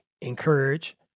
encourage